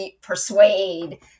persuade